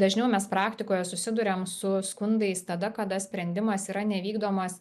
dažiau mes praktikoje susiduriam su skundais tada kada sprendimas yra nevykdomas